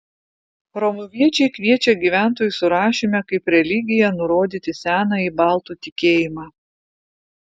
romuviečiai kviečia gyventojų surašyme kaip religiją nurodyti senąjį baltų tikėjimą